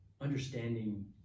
understanding